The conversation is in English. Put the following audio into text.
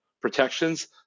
protections